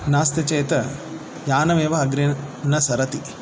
नास्ति चेत यानमेव अग्रे न सरति